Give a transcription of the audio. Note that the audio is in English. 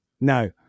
No